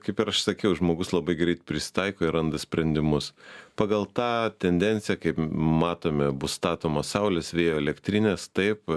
kaip ir aš sakiau žmogus labai greit prisitaiko ir randa sprendimus pagal tą tendenciją kaip matome bus statomos saulės vėjo elektrinės taip